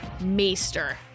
maester